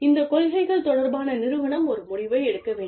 இந்த கொள்கைகள் தொடர்பாக நிறுவனம் ஒரு முடிவை எடுக்க வேண்டும்